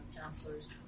counselors